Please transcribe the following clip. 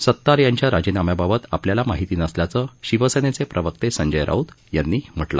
सतार यांच्या राजिनाम्याबाबत आपल्याला माहिती नसल्याचं शिवसेनेचे प्रवक्ते संजय राऊत यांनी म्हटलं